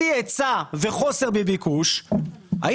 שיא היצע וחוסר בביקוש בשנה הנוכחית